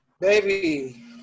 Baby